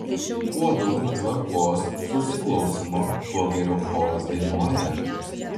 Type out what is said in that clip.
kuo daugiau tvarkos susiklausymo tuo geriau choras dainuoja